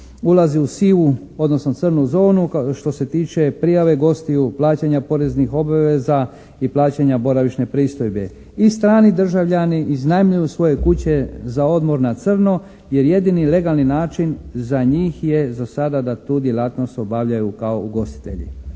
ulazi u sivu odnosno crnu zonu što se tiče prijave gostiju, plaćanja poreznih obveza i plaćanja boravišnih pristojbi. I strani državljani iznajmljuju svoje kuće za odmor na crno, jer jedini legalni način za njih je za sada da tu djelatnost obavljaju kao ugostitelji.